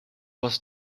was